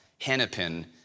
Hennepin